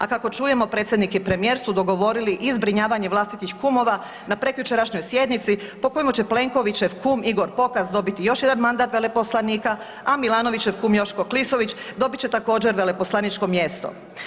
A kako čujemo predsjednik i premijer su dogovorili i zbrinjavanje vlastitih kumova na prekjučerašnjoj sjednici po kojemu će Plenkovićev kum Igor Pokaz dobiti još jedan mandat veleposlanika, a Milanovićev kum Joško Klisović dobit će također veleposlaničko mjesto.